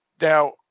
Now